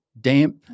damp